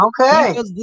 Okay